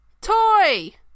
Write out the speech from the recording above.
Toy